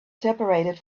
separated